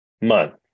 month